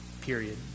Period